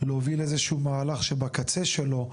להוביל איזשהו מהלך שבקצה שלו,